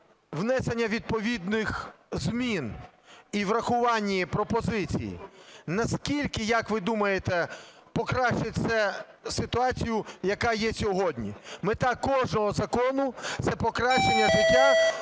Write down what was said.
внесення відповідних змін і врахування пропозицій, наскільки, як ви думаєте, покращить це ситуацію, яка є сьогодні? Мета кожного закону – це покращення життя,